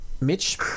Mitch